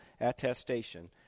attestation